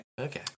Okay